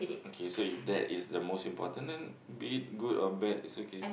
okay so if that is the most important then be it good or bad it's okay